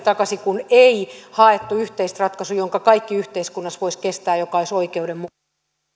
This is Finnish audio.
takaisin kun ei haettu yhteistä ratkaisua jonka kaikki yhteiskunnassa voisivat kestää ja joka olisi oikeudenmukainen en siis yhtään ihmettele